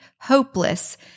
hopeless